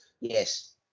Yes